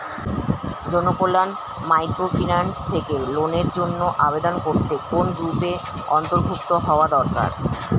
Janakalyan microfinance থেকে লোনের জন্য আবেদন করতে কোন গ্রুপের অন্তর্ভুক্ত হওয়া দরকার?